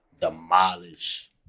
demolish